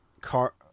car